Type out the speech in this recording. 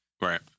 Right